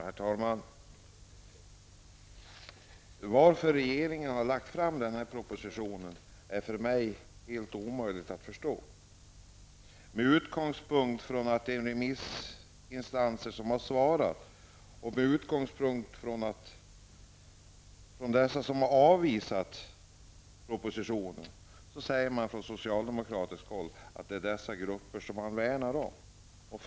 Herr talman! Varför regeringen har lagt fram denna proposition är för mig omöjligt att förstå. Från socialdemokratiskt håll säger man att man värnar om de grupper som har svarat på remissen av propositionen, även de grupper som har avvisat propositionen.